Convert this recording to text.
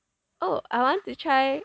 oh I want to try